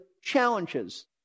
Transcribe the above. challenges